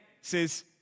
says